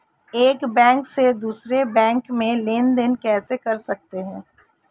एक बैंक से दूसरे बैंक में लेनदेन कैसे कर सकते हैं?